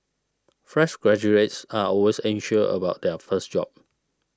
fresh graduates are always anxious about their first job